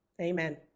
Amen